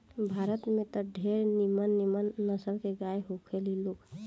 भारत में त ढेरे निमन निमन नसल के गाय होखे ली लोग